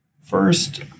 First